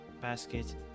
Basket